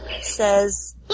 says